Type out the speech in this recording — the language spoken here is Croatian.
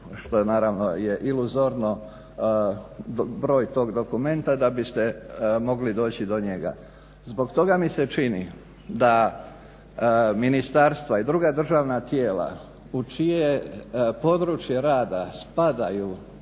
što naravno je iluzorno broj tog dokumenta da biste mogli doći do njega. Zbog toga mi se čini da ministarstva i druga državna tijela u čije područje rada spadaju